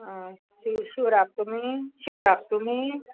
आ शिव शिवराक तुमी शिवराक तुमी